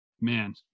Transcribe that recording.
Man